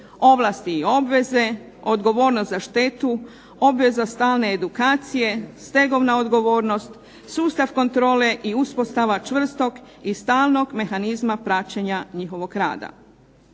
ovlasti i obveze, odgovornost za štetu, obveza stalne edukacije, stegovna odgovornost, sustav kontrole i uspostava čvrstog i stalnog mehanizma praćenja njihovog rada.